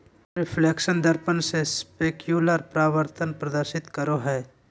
reflection दर्पण से specular परावर्तन प्रदर्शित करो हइ